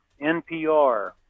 NPR